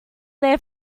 there